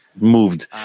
moved